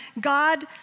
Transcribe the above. God